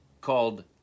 called